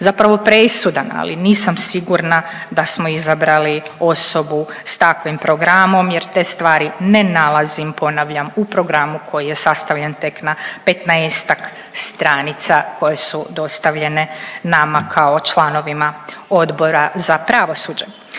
zapravo presudan, ali nisam sigurna da smo izabrali osobu s takvim programom jer te stvari ne nalazim ponavljam u programu koji je sastavljen tek na 15-ak stranica koje su dostavljene nama kao članovima Odbora za pravosuđe.